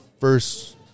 first